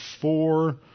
four